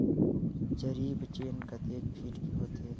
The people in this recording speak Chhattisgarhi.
जरीब चेन कतेक फीट के होथे?